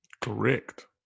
Correct